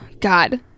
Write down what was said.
God